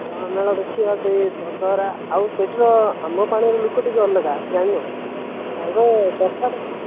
ହଁ ମେଳା ଦେଖିବା ସେଇ ଦଶହରା ଆଉ ସେଇଠିର ଆମ୍ବପାଣିର ଲୋକ ଟିକେ ଅଲଗା ଜାଣିନୁ ତାଙ୍କେ କଥାଟା